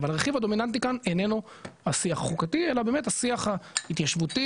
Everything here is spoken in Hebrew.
אבל הרכיב הדומיננטי כאן איננו השיח החוקתי אלא באמת השיח ההתיישבותי,